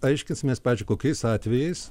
aiškinsimės pavyzdžiui kokiais atvejais